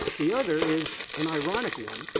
the other is an ironic one,